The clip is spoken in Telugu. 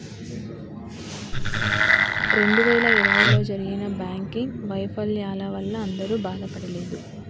రెండు వేల ఇరవైలో జరిగిన బ్యాంకింగ్ వైఫల్యాల వల్ల అందరూ బాధపడలేదు